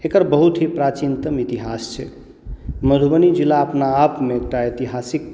एकर बहुत ही प्राचीनतम इतिहास छै मधुबनी जिला अपना आपमे एकटा ऐतिहासिक